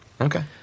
Okay